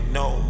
no